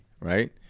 right